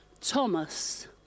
Thomas